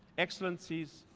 excellencies,